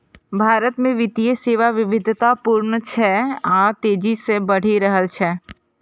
भारत मे वित्तीय सेवा विविधतापूर्ण छै आ तेजी सं बढ़ि रहल छै